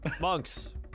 Monks